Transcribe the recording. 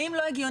האם לא הגיוני,